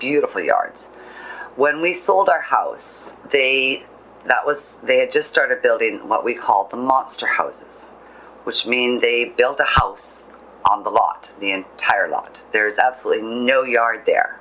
beautiful yards when we sold our house that was they had just started building what we called the monster houses which means they built a house on the lot the entire lot and there's absolutely no yard